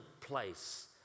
place